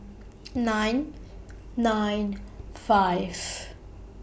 nine nine five